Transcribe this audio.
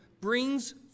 brings